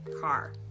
car